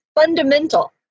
fundamental